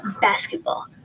basketball